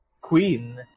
Queen